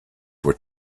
were